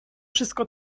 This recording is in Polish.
wszystko